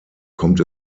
kommt